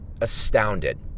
astounded